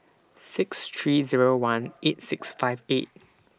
six three Zero one eight six five eight